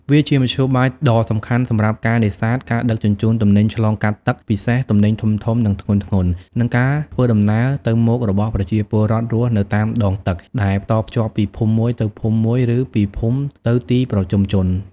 វាជាមធ្យោបាយដ៏សំខាន់សម្រាប់ការ នេសាទ ការ ដឹកជញ្ជូនទំនិញឆ្លងកាត់ទឹក ពិសេសទំនិញធំៗ និងធ្ងន់ៗ និងការ ធ្វើដំណើរទៅមករបស់ប្រជាពលរដ្ឋរស់នៅតាមដងទឹក ដែលតភ្ជាប់ពីភូមិមួយទៅភូមិមួយ ឬពីភូមិទៅទីប្រជុំជន ។